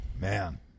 Man